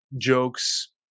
jokes